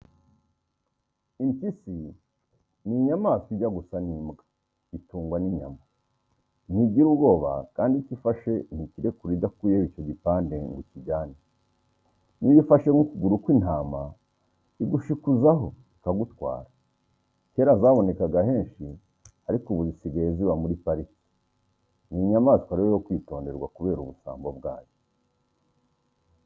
Impyisi ni inyamanswa ijya gusa n'imbwa itungwa n'inyama. Ntigira ubwoba kandi icyo ifashe ntikirekura idakuyeho icyo gipande ngo ikijyane. Niba ifashe nk'ukuguru kw'intama igushikuzaho ikagutwara. Cyera zabonekaga henshi ariko ubu izisigaye ziba muri pariki. Ni inyamanswa rero yo kwitonderwa kubera ubusambo bwayo.